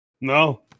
No